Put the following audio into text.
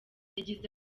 yagize